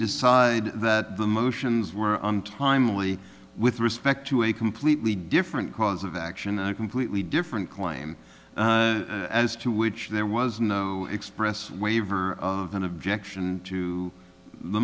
decide that the motions were untimely with respect to a completely different cause of action and a completely different claim as to which there was no express waiver of an objection to the